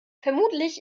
vermutlich